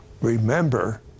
Remember